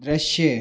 दृश्य